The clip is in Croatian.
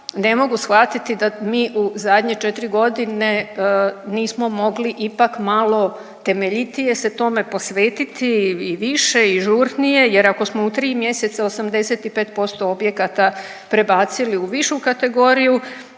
ne mogu shvatiti da mi u zadnje četiri godine nismo mogli ipak malo temeljitije se tome posvetiti i više i žurnije jer ako smo u tri mjeseca 85% objekata prebacili u višu kategoriju,